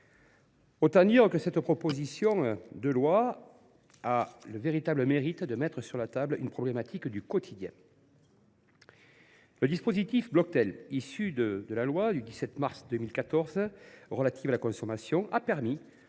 Autant dire que cette proposition de loi a le grand mérite de mettre sur la table une problématique du quotidien. Le dispositif Bloctel, issu de la loi du 17 mars 2014 relative à la consommation, a permis